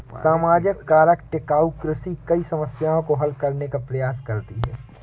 सामाजिक कारक टिकाऊ कृषि कई समस्याओं को हल करने का प्रयास करती है